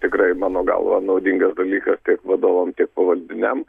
tikrai mano galva naudingas dalykas tiek vadovam tik pavaldiniam